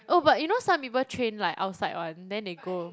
oh but you know some people train like outside one then they go